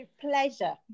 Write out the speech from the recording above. pleasure